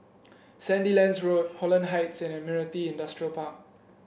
Sandilands Road Holland Heights and Admiralty Industrial Park